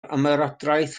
ymerodraeth